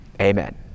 amen